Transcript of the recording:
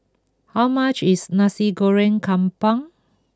how much is Nasi Goreng Kampung